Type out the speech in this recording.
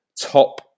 top